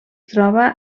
troba